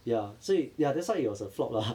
ya 所以 ya that's why it was a flop lah